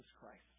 Christ